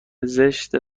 زشته